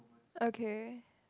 okay